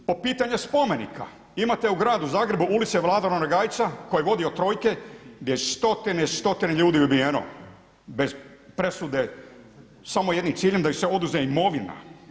Po pitanju spomenika, imate u gradu Zagrebu ulicu Vlade Ranogajca koji je vodio trojke gdje stotine i stotine ljudi ubijeno bez presude, samo jednim ciljem da im se oduzme imovina.